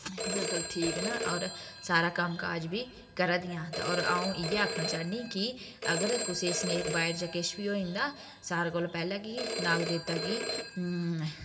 बिल्कुल ठीक न होर सारा कम्मकाज़ बी करा दियां ते होर अ'ऊं इ'यै आखना चाह्न्नी कि अगर कुसै गी सनेक बाइट जां किश बी होई जंदा सारें कोला पैह्लें कि नाग देवता गी